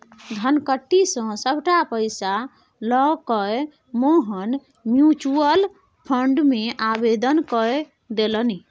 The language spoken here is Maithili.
धनकट्टी क सभटा पैसा लकए मोहन म्यूचुअल फंड मे आवेदन कए देलनि